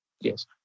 Yes